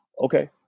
Okay